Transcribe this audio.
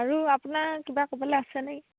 আৰু আপোনাৰ কিবা ক'বলে আছে নেকি